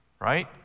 right